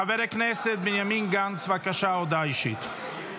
חבר הכנסת בנימין גנץ, בבקשה, הודעה אישית.